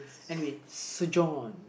anyway so John